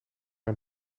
een